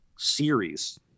series